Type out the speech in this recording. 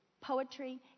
poetry